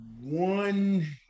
one